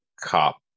Cop